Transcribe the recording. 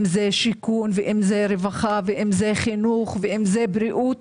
אם זה שיכון ואם זה רווחה ואם זה חינוך ואם זה בריאות,